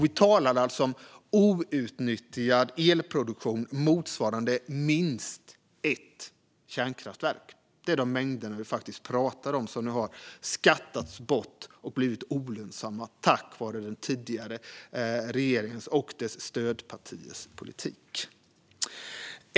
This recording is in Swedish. Vi talar alltså om outnyttjad elproduktion motsvarande minst ett kärnkraftverk. Det är de mängder som har skattats bort och blivit olönsamma på grund av den tidigare regeringens och dess stödpartiers politik.